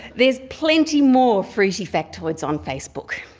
there's plenty more fruity factoids on facebook.